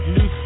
New